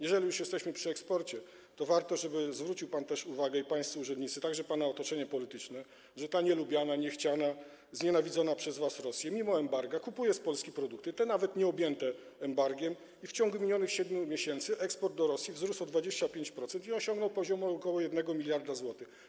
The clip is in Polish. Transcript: Jeżeli już jesteśmy przy eksporcie, to warto, żeby zwrócił pan uwagę, też pańscy urzędnicy, a także pana otoczenie polityczne, że ta nielubiana, niechciana, znienawidzona przez was Rosja mimo embarga kupuje produkty z Polski, i to nawet nieobjęte embargiem, i w ciągu minionych 7 miesięcy eksport do Rosji wzrósł o 25% i osiągnął poziom ok. 1 mld zł.